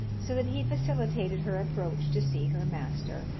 so that he facilitated her approach to see her master,